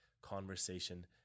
conversation